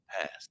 past